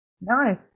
Nice